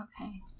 okay